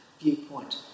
viewpoint